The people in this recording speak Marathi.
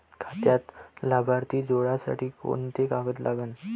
खात्यात लाभार्थी जोडासाठी कोंते कागद लागन?